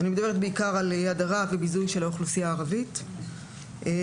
אני מדברת בעיקר על הדרה וביזוי של האוכלוסייה הערבית בישראל.